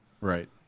Right